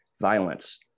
Violence